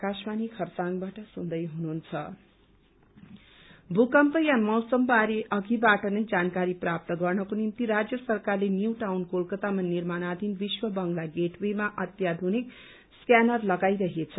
quake information भूक्म्प या मौसम बारे अधिबाट नै जानकारी प्राप्त गर्नको निम्ति राज्य सरकारले न्यू टाउन कोलकतामा निर्माणाधिन विश्व बंगला गेटवेमा अत्याधुनिक स्क्यानर लगाइन्दैछ